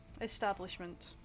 establishment